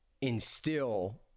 instill